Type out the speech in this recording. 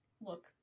look